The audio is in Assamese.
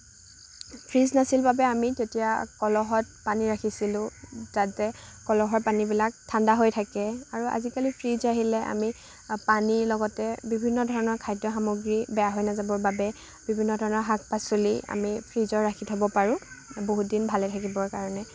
ফ্ৰিজ নাছিল বাবে আমি তেতিয়া কলহত পানী ৰাখিছিলোঁ তাতে কলহৰ পানীবিলাক ঠাণ্ডা হৈ থাকে আৰু আজিকালি ফ্ৰিজ আহিলে আমি পানীৰ লগতে বিভিন্ন ধৰণৰ খাদ্য সামগ্ৰী বেয়া হৈ নাযাবৰ বাবে বিভিন্ন ধৰণৰ শাক পাচলি আমি ফ্ৰিজত ৰাখি থ'ব পাৰোঁ বহুত দিন ভালে থাকিবৰ কাৰণে